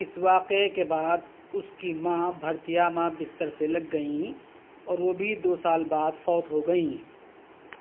اس واقعے کے بعد اس کی ماں بھرتھیاما بستر سے لگ گئیں اور وہ بھی دو سال بعد فوت ہو گئیں